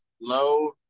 low